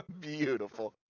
beautiful